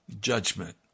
judgment